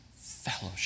fellowship